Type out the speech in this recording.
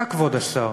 אתה, כבוד השר.